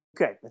Okay